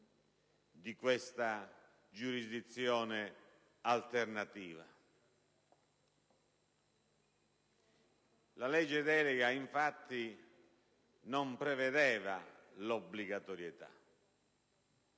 La legge delega, infatti, non prevedeva l'obbligatorietà.